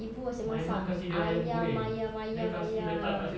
ibu asyik masak ayam ayam ayam ayam